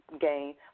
gain